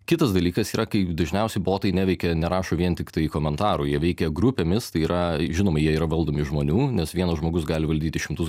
kitas dalykas yra kaip dažniausiai botai neveikia nerašo vien tiktai komentarų jie veikia grupėmis tai yra žinomi jie yra valdomi žmonių nes vienas žmogus gali valdyti šimtus